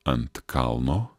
ant kalno